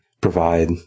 provide